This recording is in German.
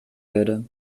würde